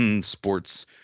sports